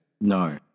No